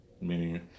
Meaning